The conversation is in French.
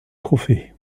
trophées